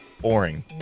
boring